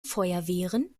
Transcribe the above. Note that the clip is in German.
feuerwehren